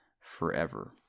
forever